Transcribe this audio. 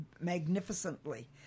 magnificently